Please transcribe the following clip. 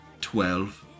Twelve